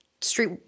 street